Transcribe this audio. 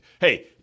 hey